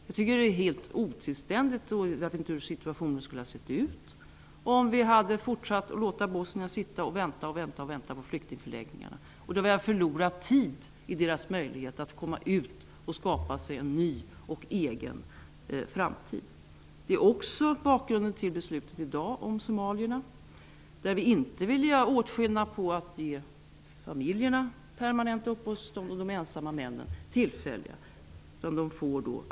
Det skulle ha varit helt otillständigt, och jag vet inte hur situationen hade sett ut, om vi hade fortsatt att låta bosnierna få sitta på flyktingförläggningarna och vänta. Då hade tid gått förlorad för deras möjligheter att komma ut och skapa en ny, egen framtid. Detta är också bakgrunden till det i dag fattade beslutet om somalierna. Regeringen vill inte göra åtskillnad genom att ge familjerna permanent uppehållstillstånd och de ensamma männen tillfälliga uppehållstillstånd.